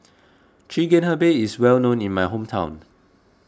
Chigenabe is well known in my hometown